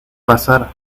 pasar